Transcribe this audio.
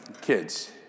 kids